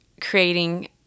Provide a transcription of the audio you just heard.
creating